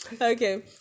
okay